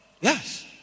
yes